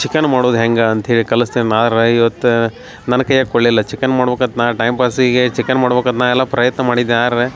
chicken ಮಾಡೋದು ಹ್ಯಾಂಗ ಅಂತ್ಹೇಳಿ ಕಲಸ್ತೇನ ಆರ ಇವತ್ತು ನನ್ನ ಕೈಯಾಗ ಕೊಡಲಿಲ್ಲ ಚಿಕನ್ ಮಾಡ್ಬೇಕತ ನಾ ಟೈಮ್ಪಾಸಿಗೆ ಚಿಕನ್ ಮಾಡ್ಬೇಕಂತ ನಾ ಎಲ್ಲ ಪ್ರಯತ್ನ ಮಾಡಿದೆ ಆದರೆ